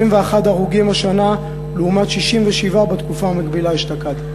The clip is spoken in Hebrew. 71 הרוגים השנה לעומת 67 בתקופה המקבילה אשתקד.